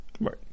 Right